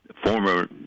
Former